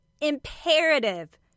imperative